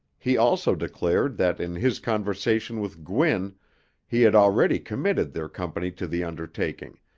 he also declared that in his conversation with gwin he had already committed their company to the undertaking,